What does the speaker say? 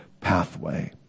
pathway